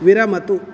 विरमतु